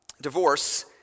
divorce